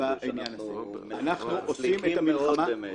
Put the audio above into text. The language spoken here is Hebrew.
אנחנו חזקים מאוד באמת.